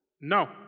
No